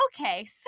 okay